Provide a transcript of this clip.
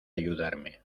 ayudarme